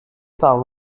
par